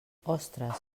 ostres